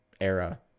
era